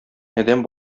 адәм